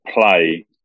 play